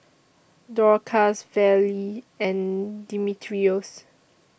Dorcas Vallie and Dimitrios